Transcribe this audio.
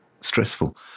stressful